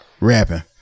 rapping